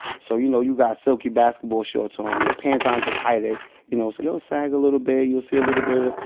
so, you know, you got silky basketball shorts on. your pants aren't the tightest, you know? so they'll sag a little bit. you'll see a little bit of,